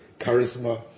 charisma